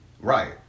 Right